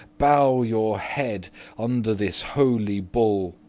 bowe your head under this holy bull.